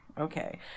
Okay